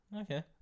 Okay